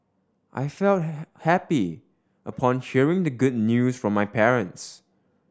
I felt happy upon hearing the good news from my parents